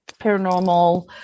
paranormal